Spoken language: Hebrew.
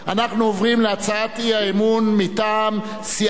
להצעת האי-אמון מטעם סיעת האיחוד הלאומי,